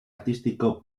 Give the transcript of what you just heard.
artístico